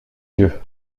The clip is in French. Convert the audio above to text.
yeux